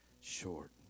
short